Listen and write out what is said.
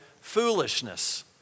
foolishness